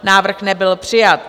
Návrh nebyl přijat.